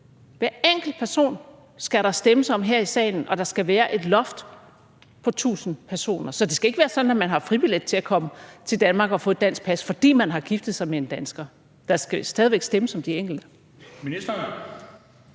hver enkelt person skal der stemmes om her i salen – og der skal være et loft på 1.000 personer. Så det skal ikke være sådan, at man har fribillet til at komme til Danmark og få et dansk pas, fordi man har giftet sig med en dansker. Der skal stadig væk stemmes om den enkelte. Kl.